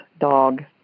dog